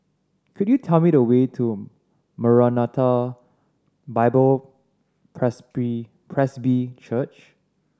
could you tell me the way to Maranatha Bible Presby Presby Church